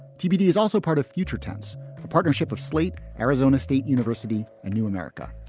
tbd is also part of future tense, a partnership of slate, arizona state university and new america.